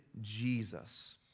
Jesus